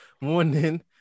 morning